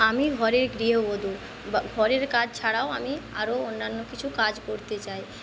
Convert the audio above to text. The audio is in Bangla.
আমি ঘরের গৃহবধূ ঘরের কাজ ছাড়াও আমি আরো অন্যান্য কিছু কাজ করতে চাই